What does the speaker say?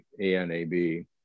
ANAB